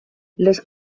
les